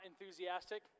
enthusiastic